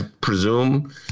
presume